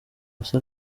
gusa